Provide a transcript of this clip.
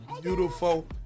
beautiful